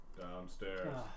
downstairs